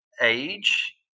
age